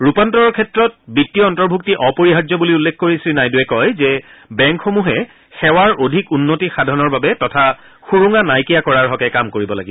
ৰূপান্তৰৰ ক্ষেত্ৰত বিত্তীয় অন্তৰ্ভুক্তি অপৰিহাৰ্য বুলি উল্লেখ কৰি শ্ৰীনাইডূৱে কয় যে বেংকসমূহে সেৱাৰ অধিক উন্নতি সাধনৰ বাবে তথা সুৰুঙা নাইকীয়া কৰাৰ হকে কাম কৰিব লাগিব